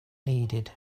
needed